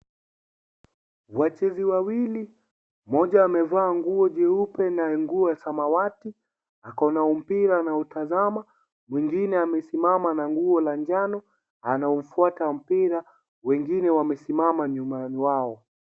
Wachezi wawili, moja amevaa nguo cheupe na nguo samawati ako na mpira anautazama .Mwingine amesimama na nguo ya manjano anaufuata mpira. Wengine wamesimama nyuma yao.